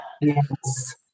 Yes